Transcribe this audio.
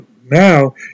Now